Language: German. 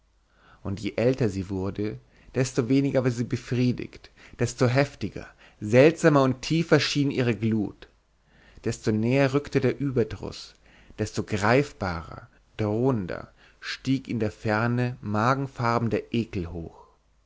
und je älter sie wurde desto weniger war sie befriedigt desto heftiger seltsamer und tiefer schien ihre glut desto näher rückte der überdruß desto greifbarer drohender stieg in der ferne magenfarben der ekel hoch